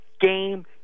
game